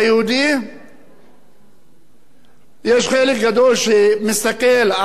יש חלק גדול מהערבים שמסתכל על היהודים